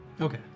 Okay